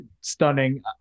stunning